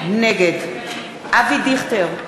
נגד אבי דיכטר,